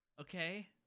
okay